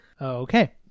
Okay